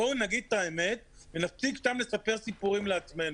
בואו נגיד את האמת ונפסיק סתם לספר סיפורים לעצמנו.